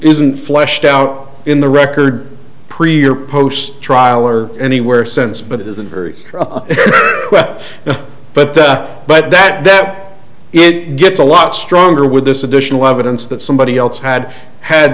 isn't fleshed out in the record preview or post trial or anywhere sense but it is a very strong but but that that it gets a lot stronger with this additional evidence that somebody else had had